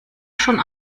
schon